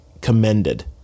commended